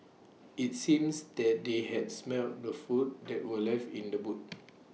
IT seems that they had smelt the food that were left in the boot